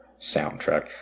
soundtrack—